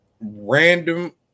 random